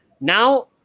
Now